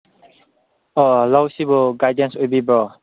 ꯑꯣ ꯍꯜꯂꯣ ꯁꯤꯕꯨ ꯒꯥꯏꯗꯦꯟꯁ ꯑꯣꯏꯕꯤꯕ꯭ꯔꯣ